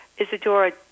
isadora